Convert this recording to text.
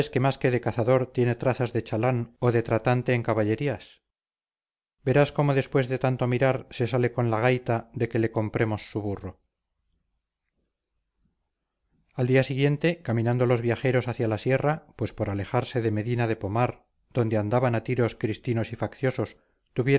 que más que de cazador tiene trazas de chalán o de tratante en caballerías verás cómo después de tanto mirar se sale con la gaita de que le compremos su burro al siguiente día caminando los viajeros hacia la sierra pues por alejarse de medina de pomar donde andaban a tiros cristinos y facciosos